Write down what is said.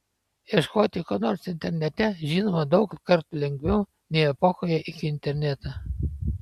ieškoti ko nors internete žinoma daug kartų lengviau nei epochoje iki interneto